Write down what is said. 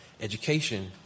education